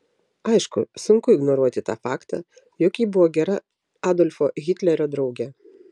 aišku sunku ignoruoti tą faktą jog ji buvo gera adolfo hitlerio draugė